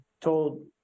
told